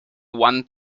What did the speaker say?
one